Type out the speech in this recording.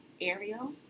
Ariel